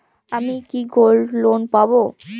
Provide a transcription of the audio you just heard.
আমি কি gold loan পাবো?